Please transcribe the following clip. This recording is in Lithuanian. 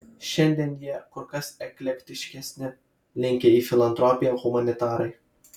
šiandien jie kur kas eklektiškesni linkę į filantropiją humanitarai